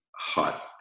hot